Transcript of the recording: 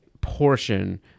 portion